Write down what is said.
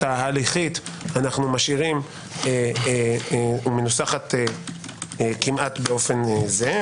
ההליכית אנו משאירים מנוסחת כמעט באופן זהה,